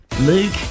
Luke